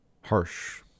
harsh